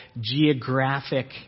geographic